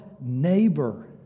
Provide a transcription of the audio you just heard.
neighbor